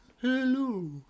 Hello